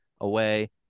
away